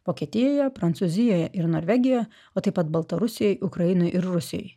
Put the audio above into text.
vokietijoje prancūzijoje ir norvegijoje o taip pat baltarusijoj ukrainoj ir rusijoj